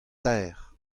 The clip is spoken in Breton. teir